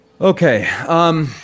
Okay